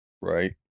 right